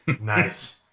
Nice